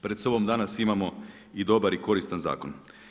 Pred sobom danas imamo i dobar i koristan zakon.